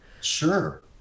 Sure